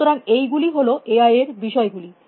সুতরাং এই গুলিই হল এআই এর বিষয় গুলি